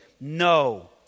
no